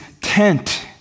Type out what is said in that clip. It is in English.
tent